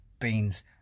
beans